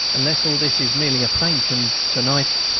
unless all this is merely a feint, and to-night.